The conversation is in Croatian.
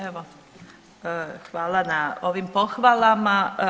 Evo hvala na ovim pohvalama.